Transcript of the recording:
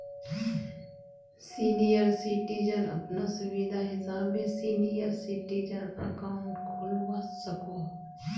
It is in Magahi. सीनियर सिटीजन अपना सुविधा हिसाबे सीनियर सिटीजन अकाउंट खोलवा सकोह